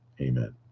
Amen